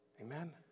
Amen